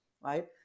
Right